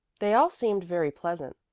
they all seemed very pleasant,